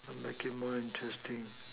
so make it more interesting